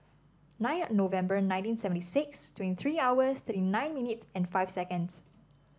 nine November nineteen seventy six twenty three hours thirty nine minutes and five seconds